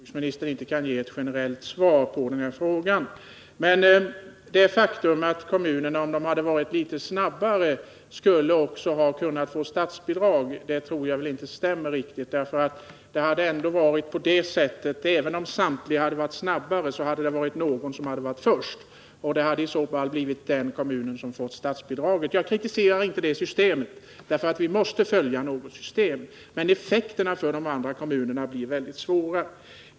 Herr talman! Jag förstår att jordbruksministern inte kan ge ett generellt svar på denna fråga. Men påståendet att kommunerna om de hade varit litet snabbare skulle ha kunnat få statsbidrag tror jag inte stämmer riktigt. Även om samtliga kommuner varit snabbare hade någon varit först. I så fall hade den kommunen fått statsbidrag. Jag kritiserar inte detta system, eftersom vi måste följa något system. Men effekterna för de andra kommunerna blir väldigt svåra.